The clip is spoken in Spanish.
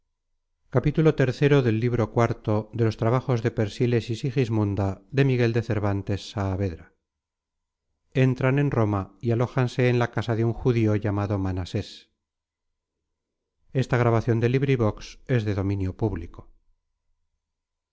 entran en roma y alójanse en la casa de un judío llamado manasés